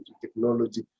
technology